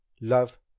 Love